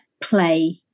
play